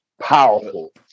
powerful